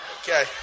Okay